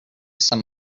some